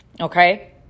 okay